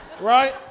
Right